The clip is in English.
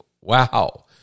Wow